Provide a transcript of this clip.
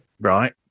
Right